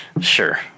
Sure